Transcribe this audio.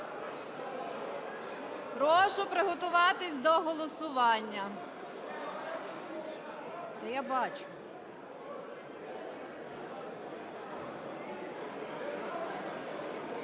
Прошу приготуватись до голосування. Та я бачу.